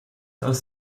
aus